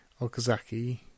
Okazaki